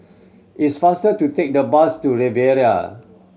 it's faster to take the bus to Riviera